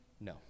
No